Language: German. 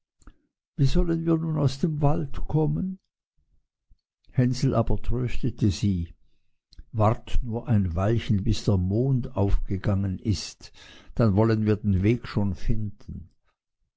wie sollen wir nun aus dem wald kommen hänsel aber tröstete sie wart nur ein weilchen bis der mond aufgegangen ist dann vollen wir den weg schon finden